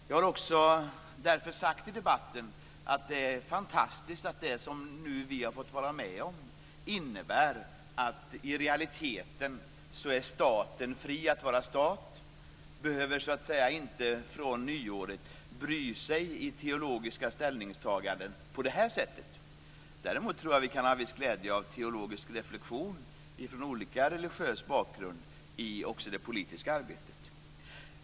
Jag har i debatten pekat på det fantastiska att det som vi nu har fått vara med om innebär att staten i realiteten är fri att vara stat och från nyåret inte behöver bry sig över teologiska ställningstaganden vad gäller kyrkan. Ändå tror jag att vi kan ha viss glädje av teologisk reflexion från skiftande religiös bakgrund också i det politiska arbetet.